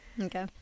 Okay